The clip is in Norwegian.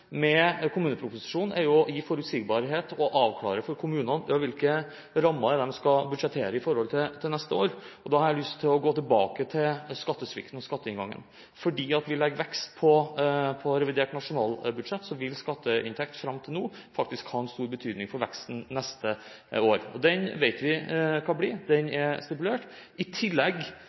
med kommuneproposisjonen er å gi forutsigbarhet og avklare for kommunene hvilke rammer de til neste år skal budsjettere i forhold til. Da har jeg lyst til å gå tilbake til skattesvikten og skatteinngangen. Fordi vi legger vekst på revidert nasjonalbudsjett, vil skatteinntekt fram til nå faktisk ha en stor betydning for veksten neste år. Den vet vi hva blir, den er stipulert. I tillegg